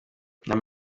inama